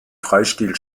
freistil